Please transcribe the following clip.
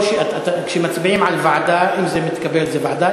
שכשמצביעים על ועדה זה מתקבל בוועדה,